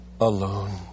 alone